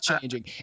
changing